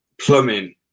plumbing